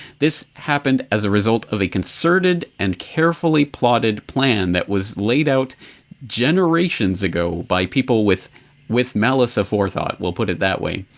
this happened as a result of a concerted and carefully plotted plan that was laid out generations ago by people with with malice of forethought, we'll put it that way.